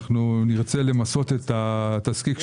נרצה למסות את התזקיק השעווני.